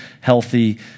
healthy